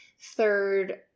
third